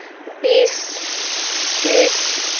বিশ ত্ৰিছ